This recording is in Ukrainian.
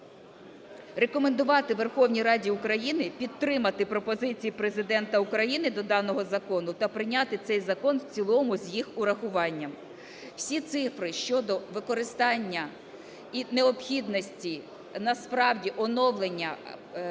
рекомендувати Верховній Раді України підтримати пропозиції Президента України до даного закону та прийняти цей закон в цілому з їх урахуванням. Всі цифри щодо використання і необхідності насправді оновлення парку